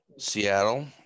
Seattle